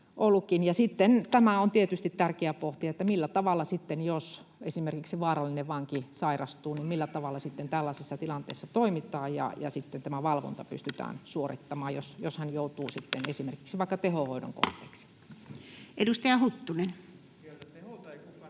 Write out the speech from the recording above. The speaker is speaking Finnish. on tietysti tärkeää pohtia, millä tavalla sitten, jos esimerkiksi vaarallinen vanki sairastuu, tällaisessa tilanteessa toimitaan ja sitten tämä valvonta pystytään suorittamaan, jos hän joutuu esimerkiksi vaikka tehohoidon